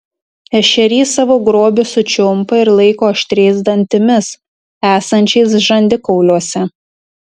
ešerys savo grobį sučiumpa ir laiko aštriais dantimis esančiais žandikauliuose